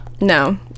No